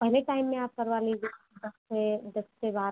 पहले टाइम में आप करवा लीजिए दस से दस से बारह